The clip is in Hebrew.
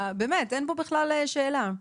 אין פה בכלל שאלה.